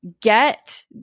get